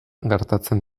gertatzen